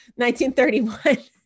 1931